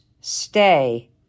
stay